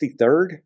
63rd